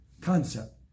concept